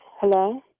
Hello